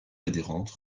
adhérentes